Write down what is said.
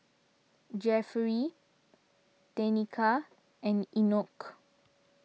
Jeffery Tenika and Enoch